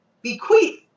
bequeath